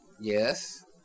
Yes